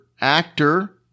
actor